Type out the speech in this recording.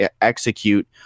execute